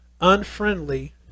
unfriendly